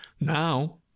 now